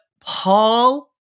Paul